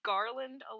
Garland